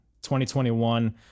2021